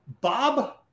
Bob